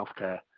healthcare